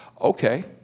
Okay